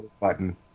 button